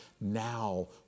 Now